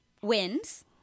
wins